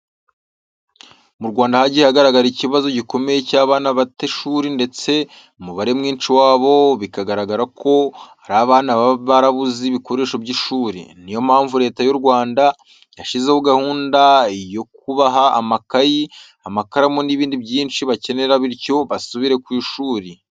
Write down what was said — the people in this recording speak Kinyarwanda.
Mu Rwanda hagiye hagaragara ikibazo gikomeye cy'abana bata ishuri ndetse umubare mwinshi wabo bikagaragara ko ari abana baba barabuze ibikoresho by'ishuri. Niyo mpamvu Leta y'u Rwanda yashyizeho gahunda yo kubaha amakayi, amakaramu n'ibindi byinshi bakenera bityo basubire mu ishuri.